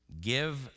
Give